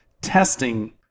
testing